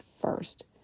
first